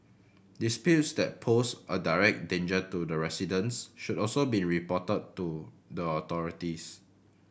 disputes that pose a direct danger to the residents should also be reported to the authorities